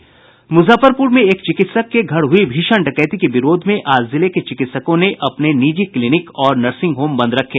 मुजफ्फरपुर में एक चिकित्सक के घर हुई भीषण डकैती के विरोध में आज जिले के चिकित्सकों ने आज अपने निजी क्लिनिक और नर्सिंग होम बंद रखे